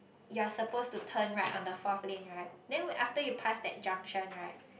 you are supposed to turn right on the fourth lane right then after you pass that junction right